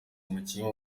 umukinnyi